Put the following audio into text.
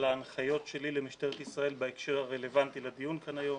ההנחיות שלי למשטרת ישראל בהקשר הרלוונטי לדיון כאן היום